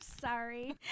sorry